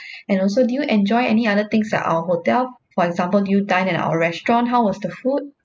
and also do you enjoy any other things at our hotel for example did you dine at our restaurant how was the food